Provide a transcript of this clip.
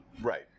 Right